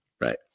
right